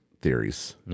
theories